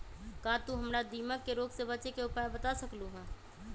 का तू हमरा दीमक के रोग से बचे के उपाय बता सकलु ह?